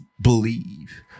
believe